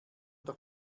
doch